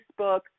Facebook